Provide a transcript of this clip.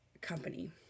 company